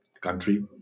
country